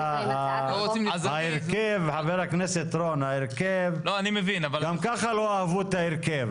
חבר הכנסת רון, גם ככה לא אהבו את ההרכב.